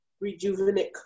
rejuvenate